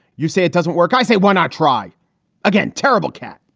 you say it doesn't work. i say, why not try again? terrible cat